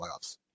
playoffs